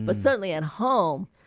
but certainly at home,